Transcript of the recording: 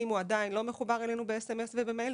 אם הוא עדיין לא מחובר אלינו בסמס ובמייל,